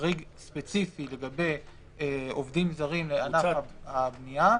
חריג ספציפי לגבי עובדים זרים לענף הבנייה,